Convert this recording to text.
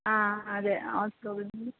ಹಾಂ ಅದೇ